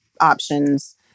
options